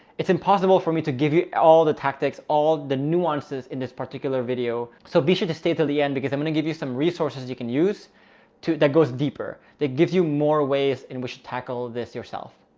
it's impossible for me to give you all the tactics, all the nuances in this particular video. so be sure to stay till the end because i'm going to give you some resources you can use too. that goes deeper. that gives you more ways in which to tackle this yourself.